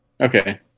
Okay